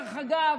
דרך אגב,